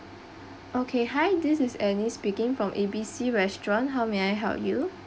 okay hi this is annie speaking from A_B_C restaurant how may I help you